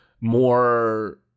more